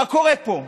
מה קורה פה?